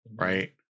right